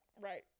Right